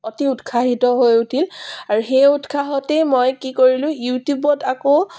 অতি উৎসাহিত হৈ উঠিল আৰু সেই উৎসাহতেই মই কি কৰিলোঁ ইউটিউবত আকৌ